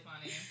funny